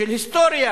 של היסטוריה